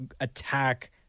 attack